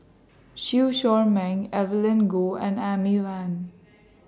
Chew Chor Meng Evelyn Goh and Amy Van